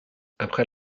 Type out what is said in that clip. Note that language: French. après